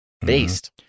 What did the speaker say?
based